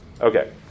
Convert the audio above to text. Okay